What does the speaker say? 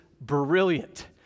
brilliant